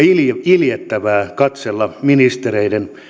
iljettävää katsella ministereiden